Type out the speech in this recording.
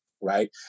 Right